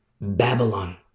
Babylon